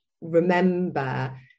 remember